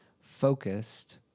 focused